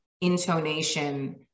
intonation